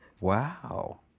wow